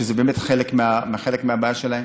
שזה באמת חלק מהבעיה שלהם.